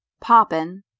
Poppin